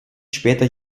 später